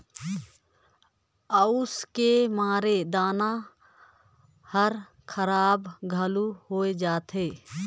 अउस के मारे दाना हर खराब घलो होवे जाथे